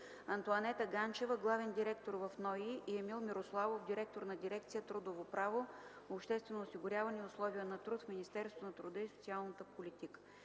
Антоанета Ганчева – главен директор в НОИ, и Емил Мирославов – директор на дирекция „Трудово право, обществено осигуряване и условия на труд” в Министерството на труда и социалната политика.